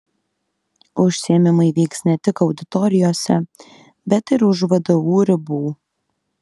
užsiėmimai vyks ne tik auditorijose bet ir už vdu ribų